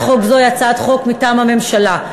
ראש הממשלה,